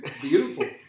Beautiful